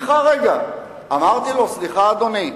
אפשר בחוק, אמרתי לו: סליחה, אדוני,